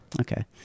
Okay